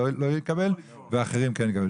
הוא לא יקבל ואחרים כן יקבלו.